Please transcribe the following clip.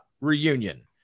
reunion